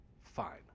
Fine